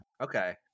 Okay